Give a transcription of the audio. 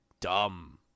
dumb